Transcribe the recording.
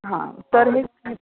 हा तर मी